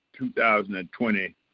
2020